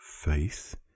faith